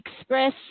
express